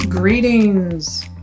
Greetings